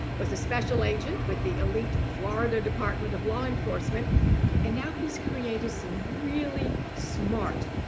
was a special agent with the elite florida department of law enforcement and now he's created some really smart,